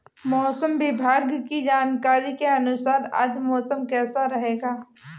मौसम विभाग की जानकारी के अनुसार आज मौसम कैसा रहेगा?